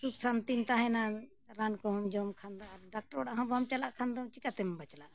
ᱥᱩᱠ ᱥᱟᱱᱛᱤᱢ ᱛᱟᱦᱮᱱᱟ ᱨᱟᱱ ᱠᱚᱦᱚᱢ ᱡᱚᱢ ᱠᱷᱟᱱ ᱫᱚ ᱟᱨ ᱰᱟᱠᱴᱚᱨ ᱚᱲᱟᱜ ᱦᱚᱸ ᱵᱟᱢ ᱪᱟᱞᱟᱜ ᱠᱷᱟᱱ ᱫᱚ ᱪᱤᱠᱟᱹᱛᱮᱢ ᱵᱟᱧᱪᱟᱜᱼᱟ